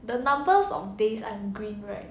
the numbers of days I'm green right